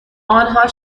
آنها